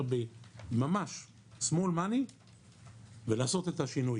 במעט כסף ולעשות את השינוי